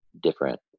different